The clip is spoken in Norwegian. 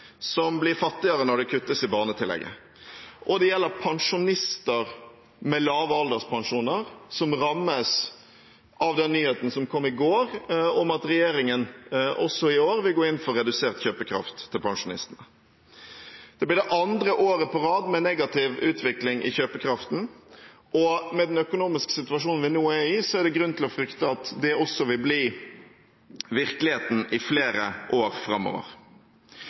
som blir fattigere når det kuttes i barnetillegget. Og det gjelder pensjonister med lave alderspensjoner, som rammes av den nyheten som kom i går, om at regjeringen også i år vil gå inn for redusert kjøpekraft for pensjonistene. Det blir det andre året på rad med negativ utvikling i kjøpekraften, og med den økonomiske situasjonen vi nå er i, er det grunn til å frykte at det også vil bli virkeligheten i flere år framover.